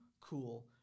Cool